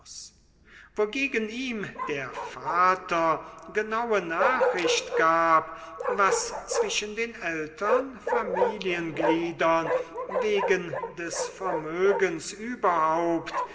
wogegen ihm der vater genaue nachricht gab was zwischen den ältern familiengliedern wegen des vermögens überhaupt